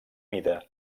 mida